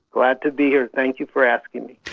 glad to be here, thank you for asking me.